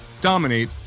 dominate